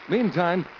Meantime